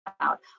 out